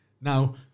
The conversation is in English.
Now